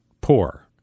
poor